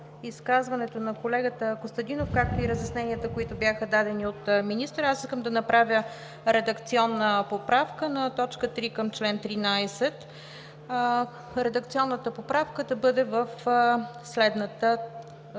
изказването на колегата Костадинов, както и разясненията, които бяха дадени от министъра, искам да направя редакционна поправка на т. 3 към чл. 13. Редакционната поправка да бъде в следната